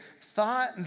thought